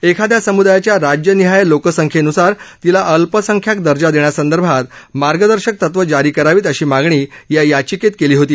एखाद्या समुदायाच्या राज्यनिहाय लोकसंख्येनुसार तिला अल्पसंख्याक दर्जा देण्यासंदर्भात मार्गदर्शक तत्व जारी करावीत अशी मागणी या याचिकेत केली होती